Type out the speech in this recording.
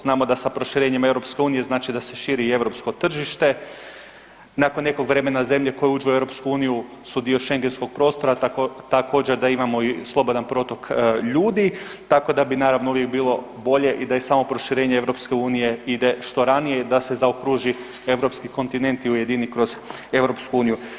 Znamo da sa proširenjem EU znači da se širi i europsko tržište, nakon nekog vremena zemlje koje uđu u EU su dio schengenskog prostora također da imamo i slobodan protok ljudi tako da bi naravno uvijek bilo bolje i da je i samo proširenje EU ide što ranije da se zaokruži Europski kontinent i ujedini kroz EU.